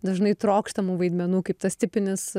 dažnai trokštamų vaidmenų kaip tas tipinis